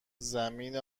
زمین